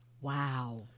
Wow